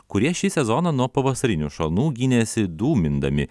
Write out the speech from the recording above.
kurie šį sezoną nuo pavasarinių šalnų gynėsi dūmindami